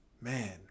man